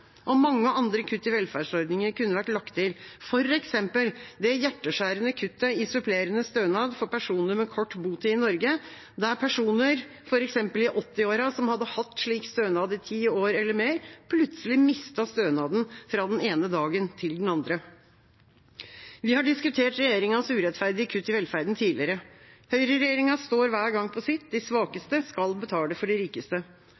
Mange andre kutt i velferdsordninger kunne vært lagt til, f.eks. det hjerteskjærende kuttet i supplerende stønad for personer med kort botid i Norge, der f.eks. personer i 80-årene, som hadde hatt slik stønad i ti år eller mer, mistet stønaden fra den ene dagen til den andre. Vi har diskutert regjeringas urettferdige kutt i velferden tidligere. Høyreregjeringa står hver gang på sitt – de svakeste skal betale for de rikeste.